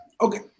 okay